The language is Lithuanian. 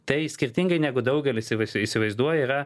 tai skirtingai negu daugelis įsivaizduoja yra